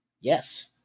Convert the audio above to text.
Yes